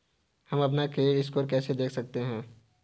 हम अपना credit score कैसे देख सकते हैं?